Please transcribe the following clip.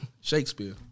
Shakespeare